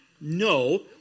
No